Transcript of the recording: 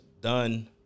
done